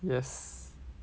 yes